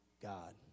God